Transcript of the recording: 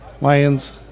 Lions